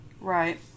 Right